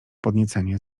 podniecenie